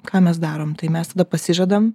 ką mes darom tai mes tada pasižadam